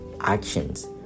actions